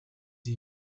iri